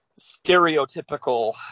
stereotypical